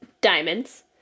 Diamonds